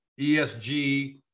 ESG